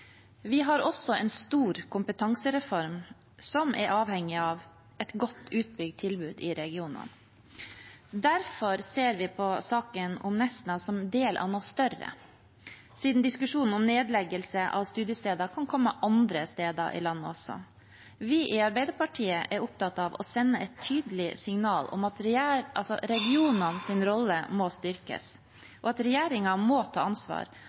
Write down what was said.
Vi har også en stor kompetansereform som er avhengig av et godt utbygd tilbud i regionene. Derfor ser vi på saken om Nesna som en del av noe større, siden diskusjonen om nedleggelse av studiesteder kan komme andre steder i landet også. Vi i Arbeiderpartiet er opptatt av å sende et tydelig signal om at regionenes rolle må styrkes, og at regjeringen må ta ansvar